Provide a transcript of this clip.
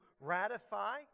ratify